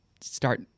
start